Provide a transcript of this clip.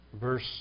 verse